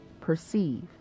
perceive